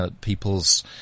people's